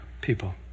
people